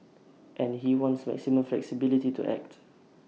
and he wants maximum flexibility to act